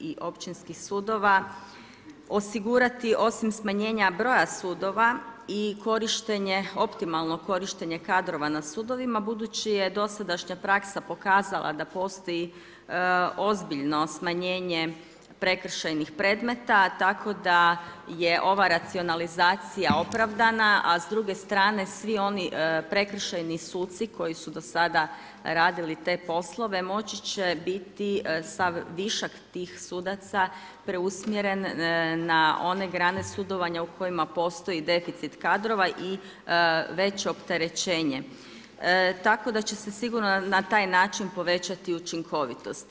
i općinskih sudova osigurati, osim smanjenja broja sudova i optimalno korištenje kadrova na sudovima, budući je dosadašnja praksa pokazala da postoji ozbiljno smanjenje prekršajnih predmeta, tako da je ova racionalizacija opravdana, a s druge strane svi oni prekršajni suci koji su do sada radili te poslove moći će biti sav višak tih sudaca preusmjeren na one grane sudovanja u kojima postoji deficit kadrova i veće opterećenje, tako da će se sigurno na taj čin povećati učinkovitost.